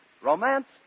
romance